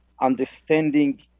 understanding